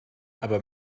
aber